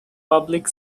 public